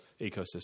ecosystem